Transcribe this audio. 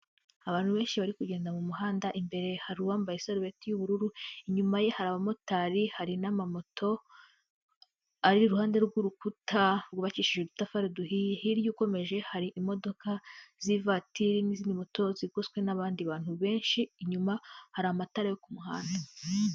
Abantu benshi bari kugenda mu muhanda, imbere hari uwambaye isarubeti y'ubururu, inyuma ye hari abamotari hari n'amamoto ari iruhande rw'urukuta rwubakishije udutafari duhiye, hirya ukomeje hari imodoka z'ivatiri n'izindi moto zigoswe n'abandi bantu benshi, inyuma hari amatara yo ku muhanda.